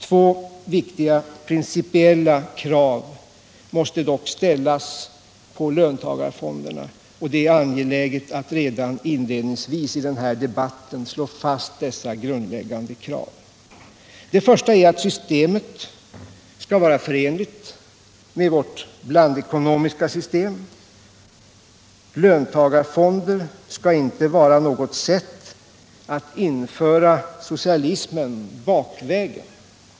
Två viktiga principiella krav måste dock ställas på löntagarfonderna, och det är angeläget att redan inledningsvis i denna debatt slå fast dessa grundläggande krav. Det första är att systemet skall vara förenligt med vårt blandekonomiska system. Löntagarfonder skall inte vara något sätt att införa socialismen bakvägen.